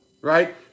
Right